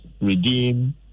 redeem